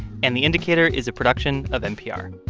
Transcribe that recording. and the indicator is a production of npr.